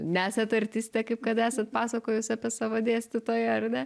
nesat artistė kaip kad esat pasakojus apie savo dėstytoją ar ne